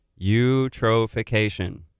eutrophication